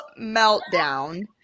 meltdown